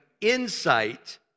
insight